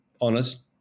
honest